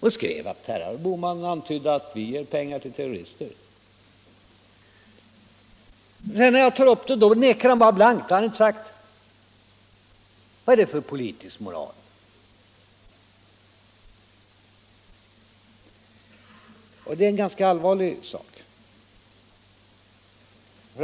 Den skrev att herr Bohman antydde att vi ger pengar till terrorister. Men när jag tog upp detta nekade han blankt — han har inte sagt det. Vad är det för politisk moral? Detta är en ganska allvarlig sak.